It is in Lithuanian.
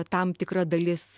tam tikra dalis